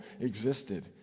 existed